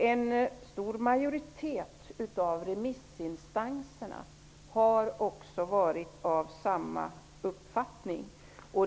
En stor majoritet av remissinstanserna har också varit av samma uppfattning.